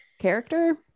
character